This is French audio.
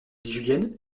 julienne